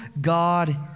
God